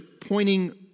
pointing